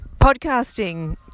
podcasting